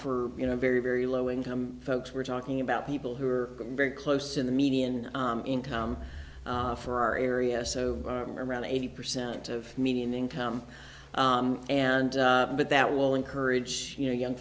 for you know very very low income folks we're talking about people who are very close to the median income for our area so around eighty percent of median income and but that will encourage you know young